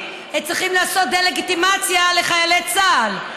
הם צריכים לעשות דה-לגיטימציה לחיילי צה"ל,